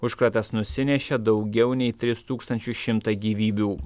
užkratas nusinešė daugiau nei tris tūkstančius šimtą gyvybių